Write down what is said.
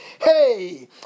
hey